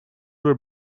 were